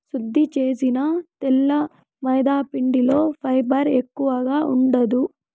శుద్ది చేసిన తెల్ల మైదాపిండిలో ఫైబర్ ఎక్కువగా ఉండదు